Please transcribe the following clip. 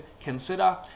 consider